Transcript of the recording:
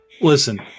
Listen